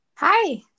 Hi